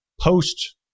post-